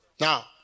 now